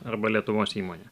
arba lietuvos įmonė